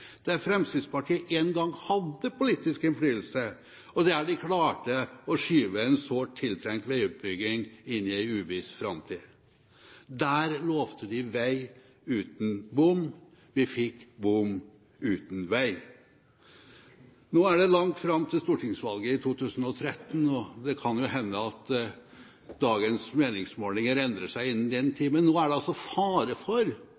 der Fremskrittspartiet en gang hadde politisk innflytelse og klarte å skyve en sårt tiltrengt veiutbygging inn i en uviss framtid. Der lovte de vei uten bom. Vi fikk bom uten vei. Nå er det langt fram til stortingsvalget i 2013, og det kan jo hende at dagens meningsmålinger endrer seg innen den tid. Men nå er det altså fare for